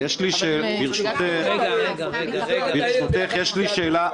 --- ברשותך, יש לי שאלה.